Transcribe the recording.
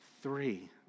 three